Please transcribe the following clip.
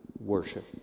worship